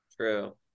True